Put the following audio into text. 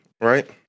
right